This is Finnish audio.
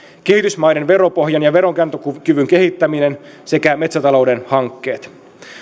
kehitysmaiden veropohjan ja veronkantokyvyn kehittäminen sekä metsätalouden hankkeet